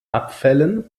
abfällen